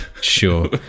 Sure